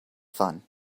fun